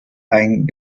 ein